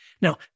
Now